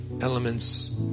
elements